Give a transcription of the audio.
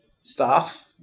staff